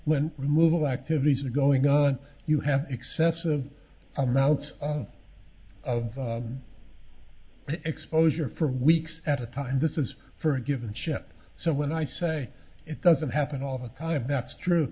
when removal activities are going on you have excessive amounts of exposure for weeks at a time this is for a given ship so when i say it doesn't happen all the time that's true